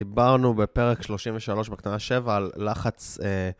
דיברנו בפרק 33 בקטנה 7 על לחץ...